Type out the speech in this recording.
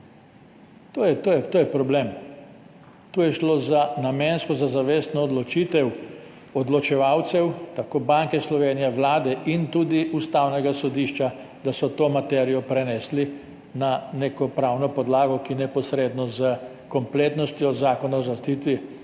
To je problem. Tu je šlo za namensko, za zavestno odločitev odločevalcev, tako Banke Slovenije, Vlade in tudi Ustavnega sodišča, da so to materijo prenesli na neko pravno podlago, ki neposredno s kompletnostjo zakona o razlastitvi,